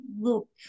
look